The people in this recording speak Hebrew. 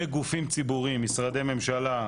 בגופים ציבוריים משרדי ממשלה,